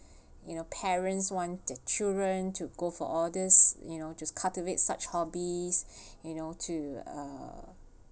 you know parents want their children to go for all this you know just cultivate such hobbies you know to um uh